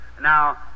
now